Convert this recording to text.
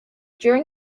during